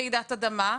במקרים של רעידת אדמה,